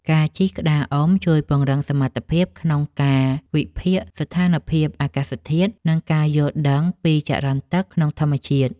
ការជិះក្តារអុំជួយពង្រឹងសមត្ថភាពក្នុងការវិភាគស្ថានភាពអាកាសធាតុ និងការយល់ដឹងពីចរន្តទឹកក្នុងធម្មជាតិ។